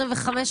25,